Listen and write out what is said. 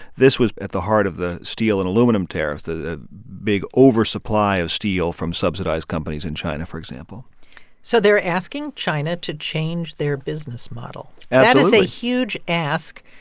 this was at the heart of the steel and aluminum tariffs the big oversupply of steel from subsidized companies in china, for example so they're asking china to change their business model absolutely and that is a huge ask.